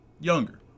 younger